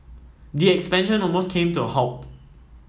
the expansion almost came to a halt